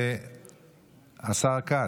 השר כץ,